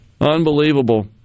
Unbelievable